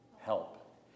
help